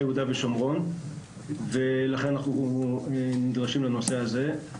יהודה ושומרון ולכן אנחנו נדרשים לנושא הזה.